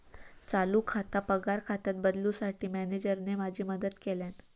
चालू खाता पगार खात्यात बदलूंसाठी मॅनेजरने माझी मदत केल्यानं